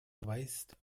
weist